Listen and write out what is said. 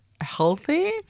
healthy